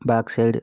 back side